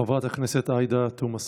חברת הכנסת עאידה תומא סלימאן,